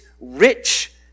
rich